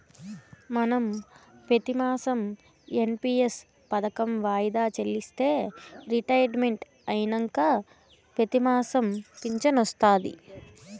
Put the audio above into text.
మనం పెతిమాసం ఎన్.పి.ఎస్ పదకం వాయిదా చెల్లిస్తే రిటైర్మెంట్ అయినంక పెతిమాసం ఫించనొస్తాది